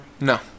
No